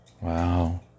Wow